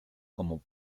como